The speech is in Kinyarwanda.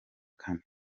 kane